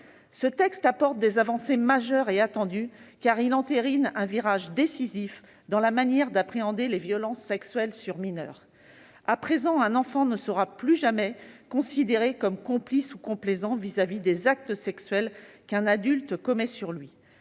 Ce texte apporte des avancées majeures et attendues, car il entérine un virage décisif dans la manière d'appréhender les violences sexuelles sur les mineurs. À présent, un enfant ne sera plus jamais considéré comme complice ou complaisant à l'égard des actes sexuels qu'un adulte commet sur lui.